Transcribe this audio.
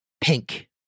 pink